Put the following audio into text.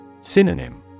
Synonym